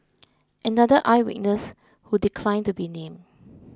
another eye witness who declined to be named